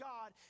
God